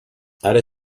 ara